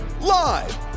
live